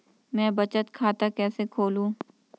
मैं बचत खाता कैसे खोलूँ?